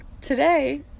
Today